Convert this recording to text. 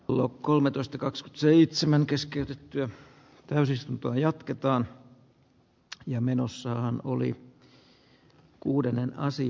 klo kolmetoista kaksi seitsemän keskeytyttyä täysistuntoa jatketaan jo menossa oli kuudennen anssi